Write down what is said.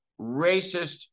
racist